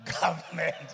government